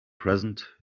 present